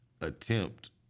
attempt